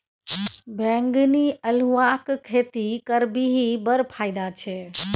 बैंगनी अल्हुआक खेती करबिही बड़ फायदा छै